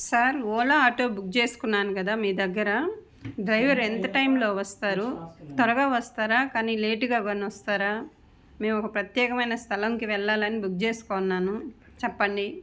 sir Ola auto book చేసుకున్నాను కదా మీ దగ్గర డ్రైవర్ ఎంత టైంలో వస్తారు త్వరగా వస్తారా కానీ లేటుగా వన్ వస్తారా మేము ఒక ప్రత్యేకమైన స్థలంకి వెళ్ళాలని బుక్ చేసుకోన్నాను చెప్పండి